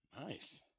Nice